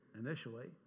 initially